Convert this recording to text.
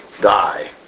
die